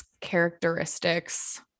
characteristics